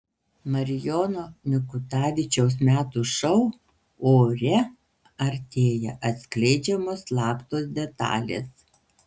marijono mikutavičiaus metų šou ore artėja atskleidžiamos slaptos detalės